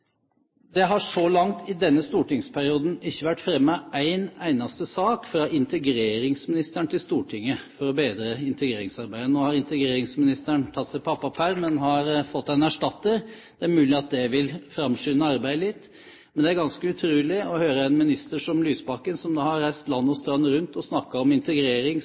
Det har så langt i denne stortingsperioden ikke vært fremmet en eneste sak til Stortinget fra integreringsministeren for å bedre integreringsarbeidet. Nå har integreringsministeren tatt seg pappaperm, men har fått en erstatter. Det er mulig at det vil framskynde arbeidet litt. Men det er ganske utrolig at en minister som Lysbakken, som har reist land og strand rundt og snakket om